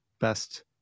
best